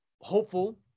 hopeful